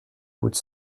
coûte